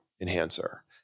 enhancer